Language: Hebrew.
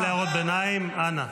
רבותיי, גם להערות ביניים, אנא.